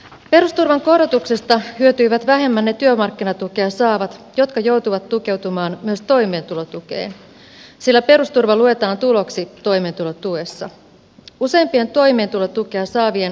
perusturvan korotuksesta hyötyivät vähemmän ne työmarkkinatukea saavat jotka joutuvat tukeutumaan myös toimeentulotukeen sillä perusturva luetaan tuloksi toimeentulotuessa